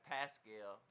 Pascal